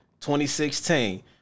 2016